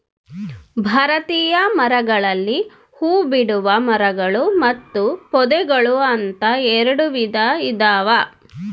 ಭಾರತೀಯ ಮರಗಳಲ್ಲಿ ಹೂಬಿಡುವ ಮರಗಳು ಮತ್ತು ಪೊದೆಗಳು ಅಂತ ಎರೆಡು ವಿಧ ಇದಾವ